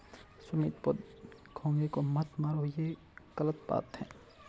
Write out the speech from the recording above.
सुमित घोंघे को मत मारो, ये गलत बात है